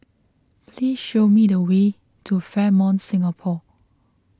please show me the way to Fairmont Singapore